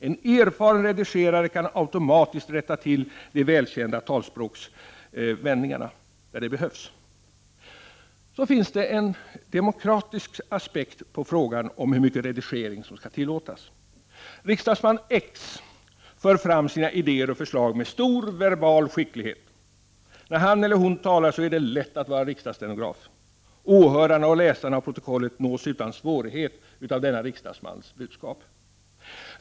En erfaren redigerare kan automatiskt rätta till de välkända talspråksvändningarna, där det behövs. Det finns en demokratisk aspekt på frågan om hur mycket redigering som skall tillåtas. Riksdagsman X för fram sina idéer och förslag med stor verbal skicklighet. När han eller hon talar är det lätt att vara riksdagsstenograf. Åhörarna och läsarna av protokollet nås utan svårighet av denna riksdagsmans budskap.